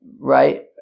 right